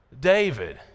David